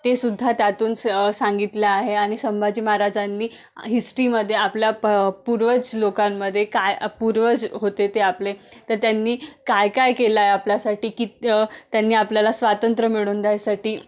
ते सुद्धा त्यातून स सांगितलं आहे आणि संभाजी महाराजांनी हिस्ट्रीमध्ये आपल्या प पूर्वज लोकांमध्ये काय पूर्वज होते ते आपले तर त्यांनी काय काय केलंय आपल्यासाठी की त्यांनी आपल्याला स्वातंत्र मिळवून द्यायसाठी